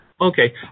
Okay